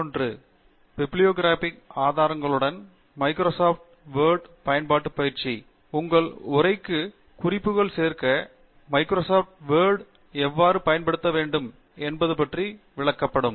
Panikumar metallurgical and material engineering துறை Indian Institute of Technology Madras விரிவுரை 11 bibliographic ஆதாரங்களுடன் மைக்ரோசாப்ட் வொர்ட் பயன்பாட்டு பயிற்சி உங்கள் உரைக்கு குறிப்புகள் சேர்க்க மைக்ரோசாப்ட் வேர்ட் எவ்வாறு பயன்படுத்த வேண்டும் என்பது பற்றிய விளக்கப்படம்